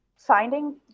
finding